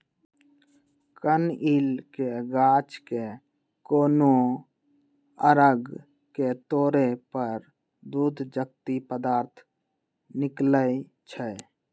कनइल के गाछ के कोनो अङग के तोरे पर दूध जकति पदार्थ निकलइ छै